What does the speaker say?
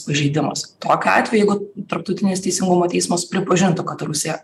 pažeidimas tokiu atveju jeigu tarptautinis teisingumo teismas pripažintų kad rusija